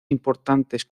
importantes